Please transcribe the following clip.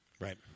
Right